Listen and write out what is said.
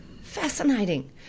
Fascinating